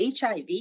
HIV